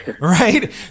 right